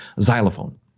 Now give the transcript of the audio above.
xylophone